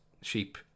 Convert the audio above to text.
sheep